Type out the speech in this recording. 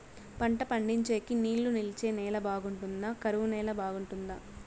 పంట పండించేకి నీళ్లు నిలిచే నేల బాగుంటుందా? కరువు నేల బాగుంటుందా?